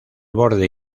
borde